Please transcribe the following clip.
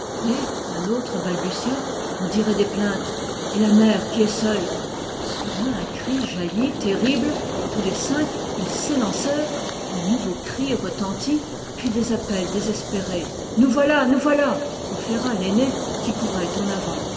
un autre balbutia on dirait des plaintes et la mère qui est seule soudain un cri jaillit terrible tous les cinq ils s'élancèrent un nouveau cri retentit puis des appels désespérés nous voilà nous voilà proféra l'aîné qui courait en avant